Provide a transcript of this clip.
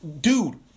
dude